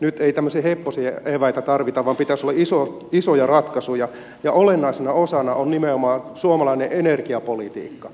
nyt ei tämmöisiä heppoisia eväitä tarvita vaan pitäisi olla isoja ratkaisuja ja olennaisena osana on nimenomaan suomalainen energiapolitiikka